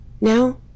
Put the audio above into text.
now